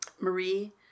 Marie